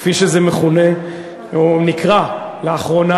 כפי שזה מכונה או נקרא לאחרונה,